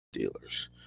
dealers